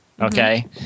okay